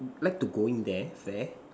like to going there fair